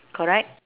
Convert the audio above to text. correct